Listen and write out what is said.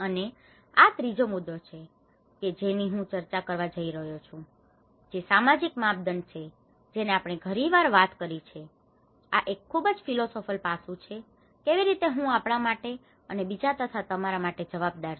અને આ ત્રીજો મુદ્દો છે કે જેની હું ચર્ચા કરવા જય રહ્યો છું જે સામાજિક માપદંડો છે જેની આપણે ઘણી વાર વાત કરી છે આ એક ખુબજ ફિલોસોફિકલ પાસું છેકેવી રીતે હું આપણા માટે અને બીજા તથા તમારા માટે જવાબદાર છું